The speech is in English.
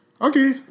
Okay